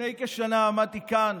לפני כשנה עמדתי כאן